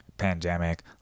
pandemic